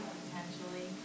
potentially